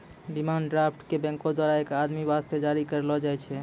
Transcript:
demand draft क बैंको द्वारा एक आदमी वास्ते जारी करलो जाय छै